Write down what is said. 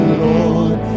Lord